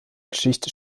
geschichte